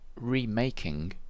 remaking